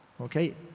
Okay